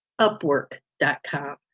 upwork.com